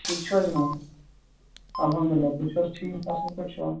ٹھیٖک چھُو حظ جِناب الحمدُاللہ تُہۍ چھِو حظ ٹھیٖک اَصٕل پٲٹھۍ چھِوٕ